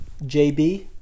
JB